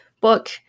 book